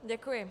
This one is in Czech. Děkuji.